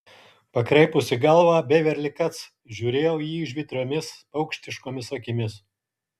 pakreipusi galvą beverli kac žiūrėjo į jį žvitriomis paukštiškomis akimis